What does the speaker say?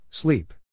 Sleep